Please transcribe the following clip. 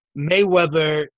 Mayweather